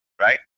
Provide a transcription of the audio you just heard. Right